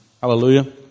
Hallelujah